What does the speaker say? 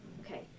Okay